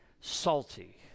salty